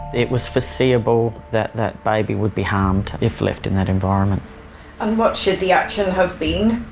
it was foreseeable that that baby would be harmed if left in that environment. and what should the action have been?